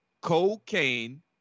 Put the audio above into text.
Cocaine